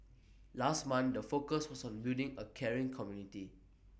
last month the focus was on building A caring community